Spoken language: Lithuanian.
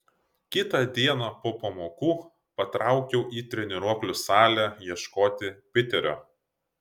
kitą dieną po pamokų patraukiau į treniruoklių salę ieškoti piterio